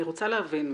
אני רוצה להבין משהו.